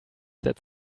that